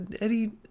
Eddie